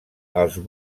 els